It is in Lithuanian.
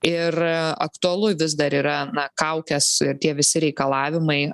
ir aktualu vis dar yra kaukės ir tie visi reikalavimai